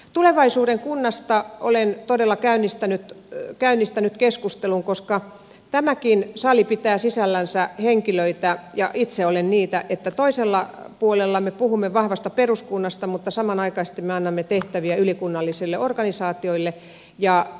tulevaisuuden kunnasta olen todella käynnistänyt keskustelun koska tämäkin sali pitää sisällänsä meitä sellaisia henkilöitä itsekin olen niitä jotka toisella puolella puhumme vahvasta peruskunnasta mutta samanaikaisesti annamme tehtäviä ylikunnallisille organisaatioille